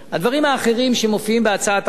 הדברים האחרים שמופיעים בהצעת החוק,